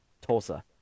Tulsa